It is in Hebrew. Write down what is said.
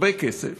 הרבה כסף,